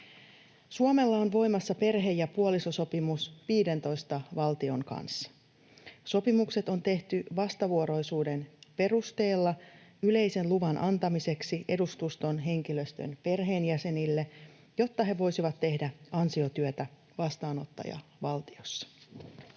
Suomella on voimassa perhe- ja puolisosopimus 15 valtion kanssa. Sopimukset on tehty vastavuoroisuuden perusteella yleisen luvan antamiseksi edustuston henkilöstön perheenjäsenille, jotta he voisivat tehdä ansiotyötä vastaanottajavaltiossa.